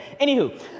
Anywho